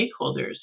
stakeholders